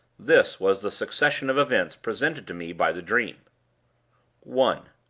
this was the succession of events presented to me by the dream one.